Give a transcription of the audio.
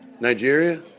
Nigeria